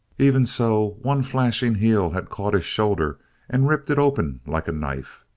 even so one flashing heel had caught his shoulder and ripped it open like a knife.